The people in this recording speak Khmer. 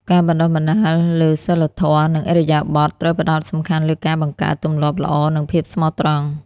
ការបណ្តុះបណ្តាលលើសីលធម៌ និងឥរិយាបថត្រូវផ្តោតសំខាន់លើការបង្កើតទម្លាប់ល្អនិងភាពស្មោះត្រង់។